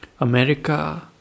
America